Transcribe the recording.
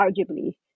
arguably